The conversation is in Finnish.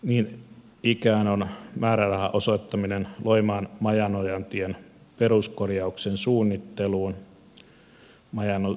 niin ikään on määrärahan osoittaminen loimaan majanojantien peruskorjauksen suunnitteluun